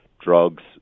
drugs